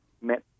met